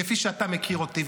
כפי שאתה מכיר אותי,